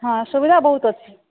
ହଁ ସୁବିଧା ବହୁତ ଅଛି